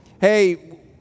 hey